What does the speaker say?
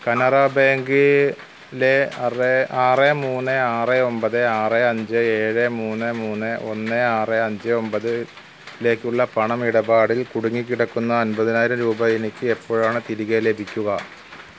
കനറാ ബാങ്കിലെ ആറ് ആറ് മൂന്ന് ആറ് ഒമ്പത് ആറ് അഞ്ച് ഏഴ് മൂന്ന് മൂന്ന് ഒന്ന് ആറ് അഞ്ച് ഒമ്പതിലേക്കുള്ള പണം ഇടപാടിൽ കുടുങ്ങിക്കിടക്കുന്ന അമ്പതിനായിരം രൂപ എനിക്ക് എപ്പോഴാണ് തിരികെ ലഭിക്കുക